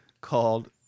called